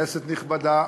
כנסת נכבדה,